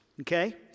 Okay